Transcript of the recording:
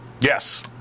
yes